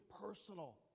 personal